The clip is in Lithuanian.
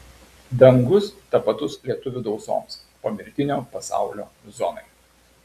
dangus tapatus lietuvių dausoms pomirtinio pasaulio zonai